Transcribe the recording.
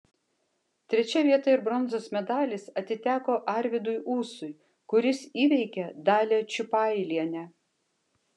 trečia vieta ir bronzos medalis atiteko arvydui ūsui kuris įveikė dalią čiupailienę